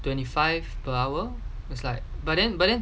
twenty five per hour is like but then but then